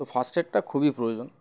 তো ফার্স্ট এডটা খুবই প্রয়োজন